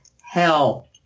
hell